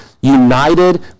united